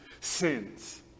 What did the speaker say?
sins